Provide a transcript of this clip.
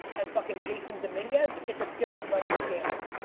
and fucking jasson dominguez it's a different level of gambling.